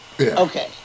Okay